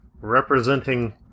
Representing